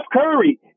Curry